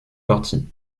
parti